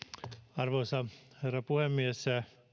arvoisa herra puhemies